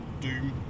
Doom